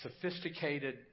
sophisticated